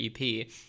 EP